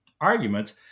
arguments